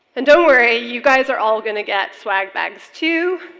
and don't worry you guys are all gonna get swag bags too.